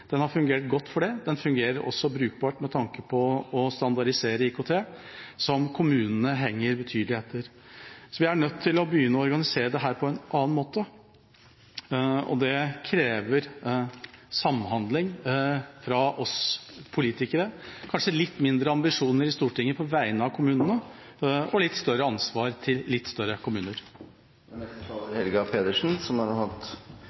Den har fungert godt for det, den fungerer også brukbart med tanke på å standardisere IKT, hvor kommunene henger betydelig etter. Vi er nødt til å begynne å organisere dette på en annen måte, og det krever samhandling fra oss politikere, kanskje litt mindre ambisjoner i Stortinget på vegne av kommunene, og litt større ansvar til litt større kommuner.